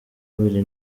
abiri